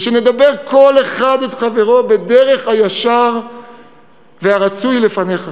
ושנדבר כל אחד את חברו בדרך הישר והרצוי לפניך,